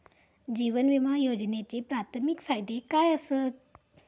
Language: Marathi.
जीवन विमा योजनेचे प्राथमिक फायदे काय आसत?